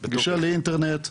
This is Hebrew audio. גישה לאינטרנט ולהזמין.